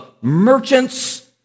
merchants